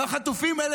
והחטופים האלה,